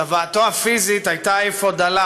צוואתו הפיזית הייתה אפוא דלה,